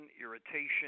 irritation